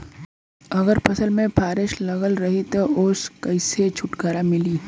अगर फसल में फारेस्ट लगल रही त ओस कइसे छूटकारा मिली?